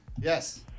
Yes